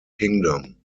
kingdom